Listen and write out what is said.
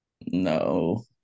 No